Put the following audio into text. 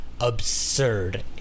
absurd